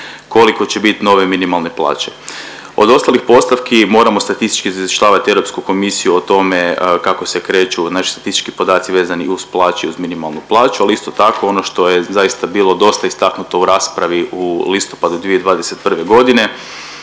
koliko će bit nove minimalne plaće. Od ostalih postavki moramo statistički izvještavati Europsku komisiju o tome kako se kreću naši statistički podaci uz plaće i uz minimalnu plaću, ali isto tako, ono što je zaista bilo dosta istaknuto u raspravi u listopadu 2021. g. je